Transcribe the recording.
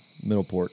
Middleport